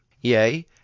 Yea